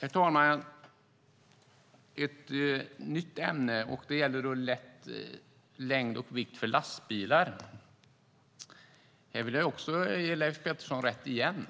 Herr talman! Ett nytt ämne gäller längd och vikt för lastbilar. Här vill jag ge Leif Pettersson rätt igen.